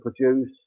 produce